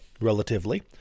relatively